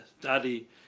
Daddy